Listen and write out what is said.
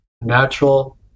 natural